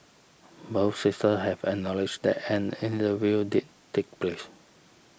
both sisters have acknowledged that an interview did take place